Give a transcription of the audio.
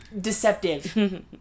deceptive